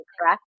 correct